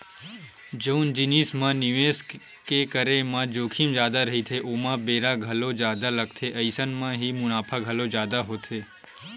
जउन जिनिस म निवेस के करे म जोखिम जादा रहिथे ओमा बेरा घलो जादा लगथे अइसन म ही मुनाफा घलो जादा होथे